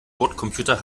bordcomputer